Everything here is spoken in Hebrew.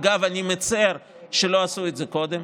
אגב, אני מצר שלא עשו את זה קודם.